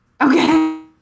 Okay